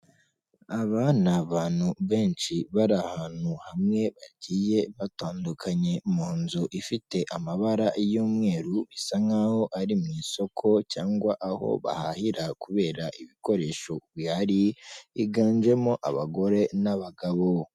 Aba ni abantu benshi bari ahantu hamwe bagiye batandukanye, mu nzu ifite amabara y'umweru isa nk'aho ari mu isoko cyangwa aho bahahira kubera ibikoresho bihari byiganjemo abagore n'abagabo.